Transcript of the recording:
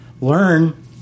learn